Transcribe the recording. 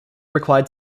required